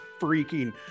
freaking